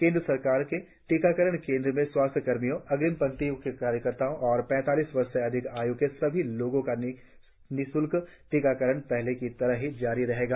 केंद्र सरकार के टीकाकरण केंद्रों में स्वास्थ्य कर्मचारी अग्रिम पंक्ति के कार्यकर्ताओं और पैंतालीस वर्ष से अधिक आय् के सभी लोगों का निश्ल्क टीकाकरण पहले की तरह ही जारी रहेगा